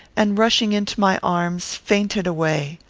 and, rushing into my arms, fainted away.